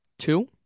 Two